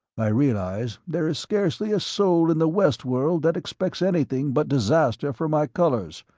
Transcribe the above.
i realize there is scarcely a soul in the west-world that expects anything but disaster for my colors.